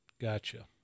gotcha